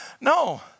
No